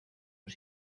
los